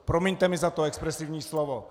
Promiňte mi to expresivní slovo.